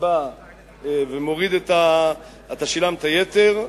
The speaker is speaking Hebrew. אתה שילמת תשלום יתר,